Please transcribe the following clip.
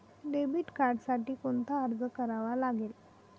Debit कार्डसाठी कोणता अर्ज करावा लागेल?